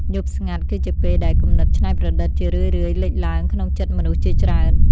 យប់ស្ងាត់គឺជាពេលដែលគំនិតច្នៃប្រឌិតជារឿយៗលេចឡើងក្នុងចិត្តមនុស្សជាច្រើន។